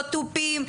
לא תופים.